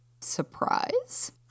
surprise